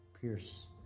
Pierce